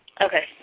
Okay